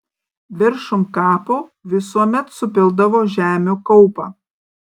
viršum kapo visuomet supildavo žemių kaupą